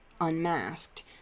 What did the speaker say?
unmasked